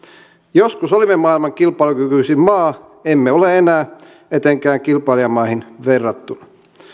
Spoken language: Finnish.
joskus olimme maailman kilpailukykyisin maa emme ole enää etenkään kilpailijamaihin verrattuna